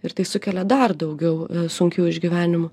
ir tai sukelia dar daugiau sunkių išgyvenimų